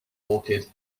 orchid